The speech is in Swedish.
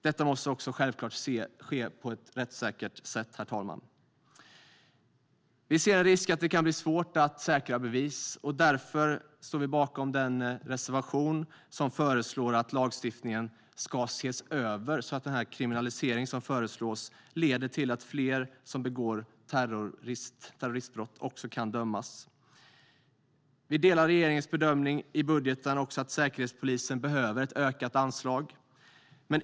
Detta måste självklart ske på ett rättssäkert sätt. Vi kristdemokrater ser en risk i att det kan bli svårt att säkra bevis. Därför står vi bakom den reservation som föreslår att lagstiftningen ska ses över så att den kriminalisering som föreslås leder till att fler som begår terroristbrott också kan dömas. Vi delar regeringens bedömning i budgeten att Säkerhetspolisen behöver ett ökat anslag.